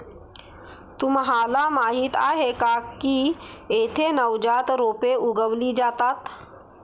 तुम्हाला माहीत आहे का की येथे नवजात रोपे उगवली जातात